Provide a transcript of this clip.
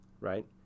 right